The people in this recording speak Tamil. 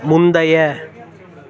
முந்தைய